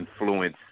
influence